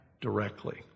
directly